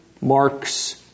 marks